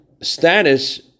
status